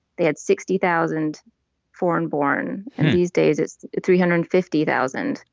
they had sixty thousand foreign-born. and these days it's three hundred and fifty thousand.